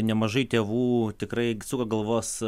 nemažai tėvų tikrai suka galvas